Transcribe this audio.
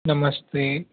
नमस्ते